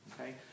okay